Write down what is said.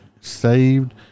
saved